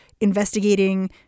investigating